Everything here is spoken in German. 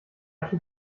tut